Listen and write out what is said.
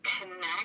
connect